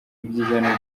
ibyiza